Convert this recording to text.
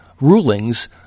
rulings